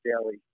daily